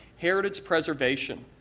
heritage preservation,